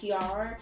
PR